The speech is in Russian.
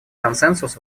консенсус